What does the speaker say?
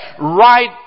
right